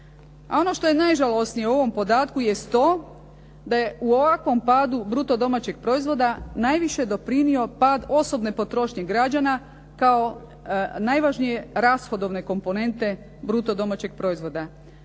ono što je najžalosnije u ovom podatku jest to da je u ovakvom padu bruto domaćeg proizvoda najviše doprinio pad osobne potrošnje građana kao najvažnije rashodovne komponente bruto domaćeg proizvoda.